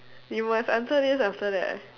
you must answer this after that